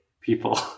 people